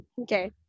Okay